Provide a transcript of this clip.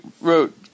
wrote